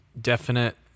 definite